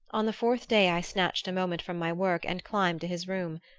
on the fourth day i snatched a moment from my work and climbed to his room.